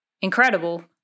incredible